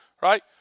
right